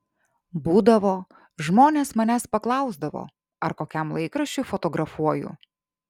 būdavo žmonės manęs paklausdavo ar kokiam laikraščiui fotografuoju